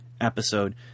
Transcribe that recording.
episode